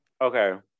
Okay